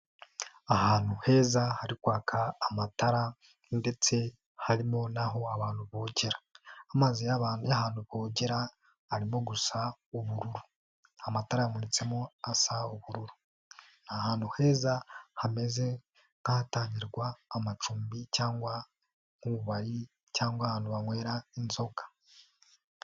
Ahantu heza hari kwaka amatara ndetse harimo naho abantu bojyera, amazi y'ahantu bogera arimo gusa ubururu, amatara amuritsemo asa ubururuu, ni ahantu heza hameze nk'ahatangirwa amacumbi cyangwa nk'ibubari cyangwa ahantu banywera inzoga